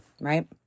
right